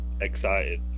excited